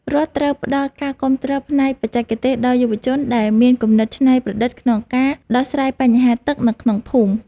រដ្ឋត្រូវផ្តល់ការគាំទ្រផ្នែកបច្ចេកទេសដល់យុវជនដែលមានគំនិតច្នៃប្រឌិតក្នុងការដោះស្រាយបញ្ហាទឹកនៅក្នុងភូមិ។